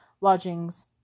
lodgings